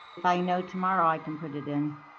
if i know tomorrow, i can put it in.